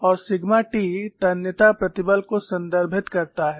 और sigma t तन्यता प्रतिबल को संदर्भित करता है